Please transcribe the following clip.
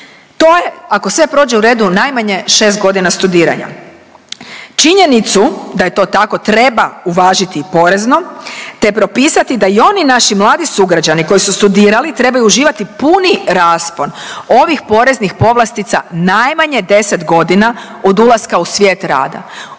to je, ako sve prođe u redu, najmanje 6 godina studiranja. Činjenicu da je to tako, treba uvažiti i porezno te propisati da i oni naši mladi sugrađani koji su studirali trebaju uživati puni raspon ovih poreznih povlastica najmanje 10 godina od ulaska u svijet rada.